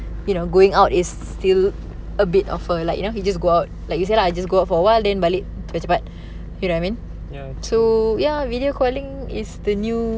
you know going out is still a bit of a like you know you just go out like you say lah just go out for awhile then balik cepat-cepat you know what I mean so ya video calling is the new